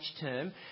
term